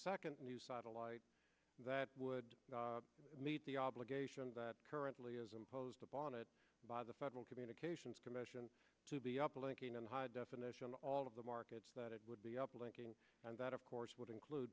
second new satellite that would meet the obligations that currently is imposed upon it by the federal communications commission to the uplink in high definition all of the markets that it would be up linking and that of course would include